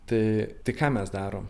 tai tai ką mes darom